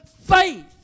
faith